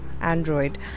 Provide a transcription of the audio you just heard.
Android